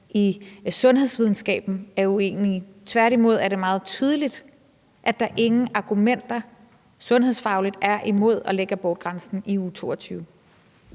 i sundhedsvidenskaben er uenige. Tværtimod er det meget tydeligt, at der ingen argumenter sundhedsfagligt er imod at lægge abortgrænsen i uge 22.